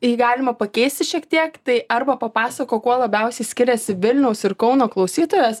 jį galima pakeisti šiek tiek tai arba papasakok kuo labiausiai skiriasi vilniaus ir kauno klausytojas